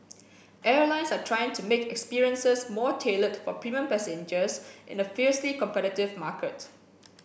airlines are trying to make experiences more tailored for premium passengers in a fiercely competitive market